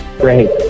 Great